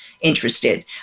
interested